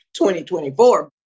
2024